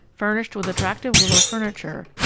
furnished with attractive willow furniture,